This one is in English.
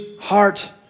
heart